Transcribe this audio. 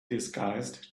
disguised